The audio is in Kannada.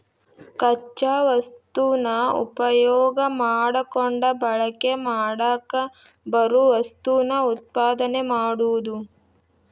ಕಚ್ಚಾ ವಸ್ತುನ ಉಪಯೋಗಾ ಮಾಡಕೊಂಡ ಬಳಕೆ ಮಾಡಾಕ ಬರು ವಸ್ತುನ ಉತ್ಪಾದನೆ ಮಾಡುದು